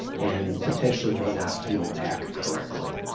and potentially may not heal back correctly.